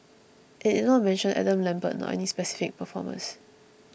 it did not mention Adam Lambert nor any specific performers